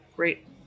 Great